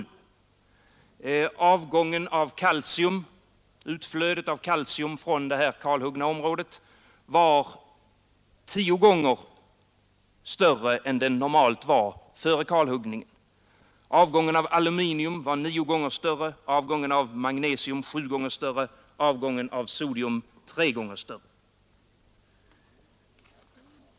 Utflödet av kalcium från det här kalhuggna området var tio gånger större än det normalt var före kalhuggningen, avgången av aluminium var nio gånger större, avgången av magnesium sju gånger större och avgången av natrium tre gånger större.